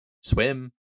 Swim